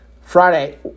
Friday